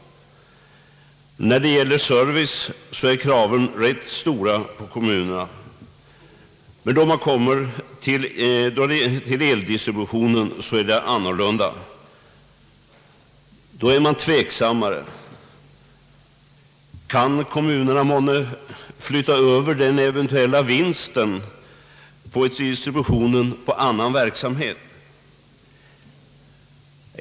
När det gäller service är kraven rätt stora på kommunerna. Men när det gäller eldistributionen är det annorlunda. Då är man tveksammare. Kan kommunerna månne flytta över den eventuella vinsten av distributionen på annan verksamhet?